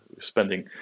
spending